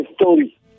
story